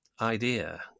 idea